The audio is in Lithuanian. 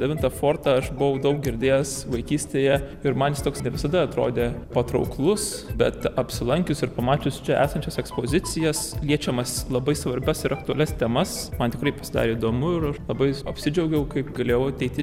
devintą fortą aš buvau daug girdėjęs vaikystėje ir man jis toks visada atrodė patrauklus bet apsilankius ir pamačius čia esančias ekspozicijas liečiamas labai svarbias ir aktualias temas man tikrai pasidarė įdomu ir labai apsidžiaugiau kaip galėjau ateiti